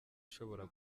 ishobora